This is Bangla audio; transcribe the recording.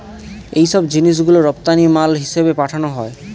এইসব জিনিস গুলো রপ্তানি মাল হিসেবে পাঠানো হয়